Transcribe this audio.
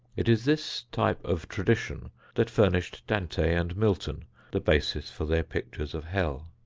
it is this type of tradition that furnished dante and milton the basis for their pictures of hell.